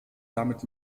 damit